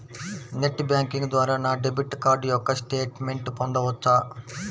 Net banking ద్వారా నా debit card యొక్క స్టేట్మెంట్ పొందవచ్చా?